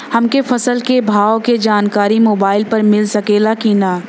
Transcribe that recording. हमके फसल के भाव के जानकारी मोबाइल पर मिल सकेला की ना?